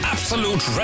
Absolute